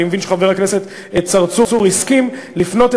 ואני מבין שחבר הכנסת צרצור הסכים לפנות,